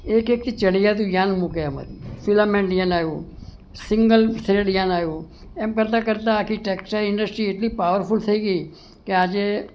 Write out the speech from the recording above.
એક એકથી ચઢિયાતું યાન મૂકે એમ ફિલામેન્ટ યાન આવ્યું સિંગલ થ્રેડ યાન આવ્યું એમ કરતાં કરતાં આખી ટેક્ટસટાઈલ ઇન્ડસ્ટ્રી એટલી પાવરફૂલ થઈ ગઈ કે આજે